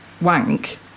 wank